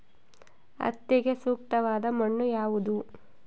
ಹತ್ತಿಗೆ ಸೂಕ್ತವಾದ ಮಣ್ಣು ಯಾವುದು?